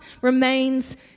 remains